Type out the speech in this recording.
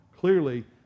Clearly